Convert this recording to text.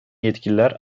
yetkililer